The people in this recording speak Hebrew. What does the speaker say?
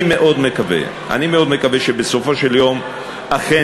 אני מאוד מקווה שבסופו של יום אכן